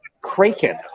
Kraken